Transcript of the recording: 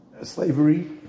slavery